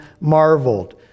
marveled